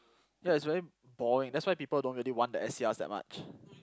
ya it's very boring that's why people don't really want the S_E_Rs that much